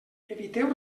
eviteu